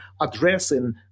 addressing